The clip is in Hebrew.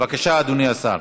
בבקשה, אדוני השר,